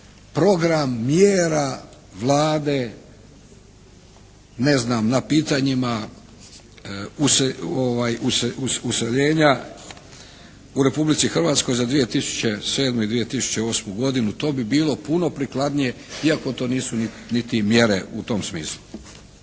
"Program mjera Vlade", ne znam, "na pitanjima useljenja u Republici Hrvatskoj za 2007. i 2008., godinu", to bi bilo puno prikladnije iako to nisu niti mjere u tom smislu.